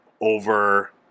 over